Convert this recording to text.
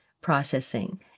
processing